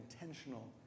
intentional